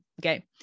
okay